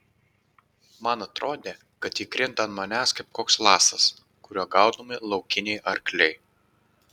man atrodė kad ji krinta ant manęs kaip koks lasas kuriuo gaudomi laukiniai arkliai